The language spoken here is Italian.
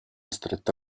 stretta